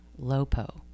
LOPO